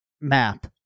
map